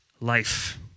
life